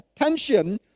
attention